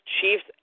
Chiefs